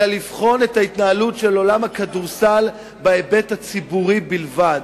אלא לבחון את ההתנהלות של עולם הכדורסל בהיבט הציבורי בלבד